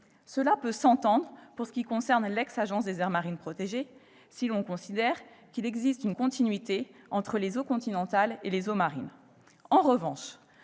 Cela peut s'entendre pour ce qui concerne l'ex-Agence des aires marines protégées, si l'on considère qu'il existe une continuité entre les eaux continentales et les eaux marines.